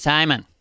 Simon